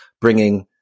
bringing